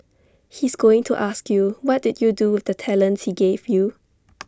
he's going to ask you what did you do with the talents he gave you